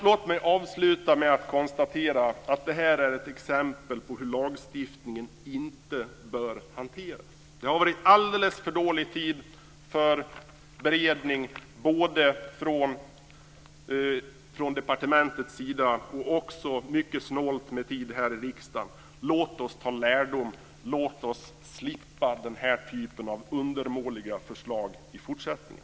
Låt mig avsluta med att konstatera att detta är ett exempel på hur lagstiftningen inte bör hanteras. Det har varit alldeles för dåligt med tid för beredning från departementets sida och mycket snålt med tid här i riksdagen. Låt oss ta lärdom av detta och låt oss slippa den här typen av undermåliga förslag i fortsättningen!